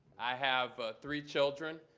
i have three children.